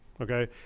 okay